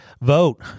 vote